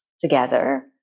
together